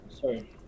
sorry